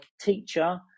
teacher